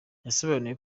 yasobanuye